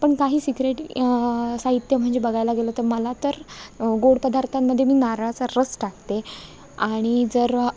पण काही सिक्रेट साहित्य म्हणजे बघायला गेलं तर मला तर गोड पदार्थांमध्ये मी नारळाचा रस टाकते आणि जर